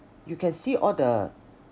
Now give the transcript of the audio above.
you can see all the